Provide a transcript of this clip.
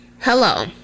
hello